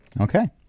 Okay